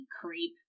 creep